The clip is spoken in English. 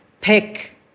pick